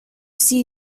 see